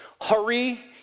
hurry